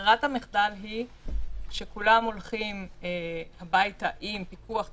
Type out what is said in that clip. ברירת המחדל היא שכולם הולכים הביתה עם פיקוח טכנולוגי.